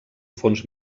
fons